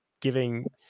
giving